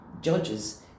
judges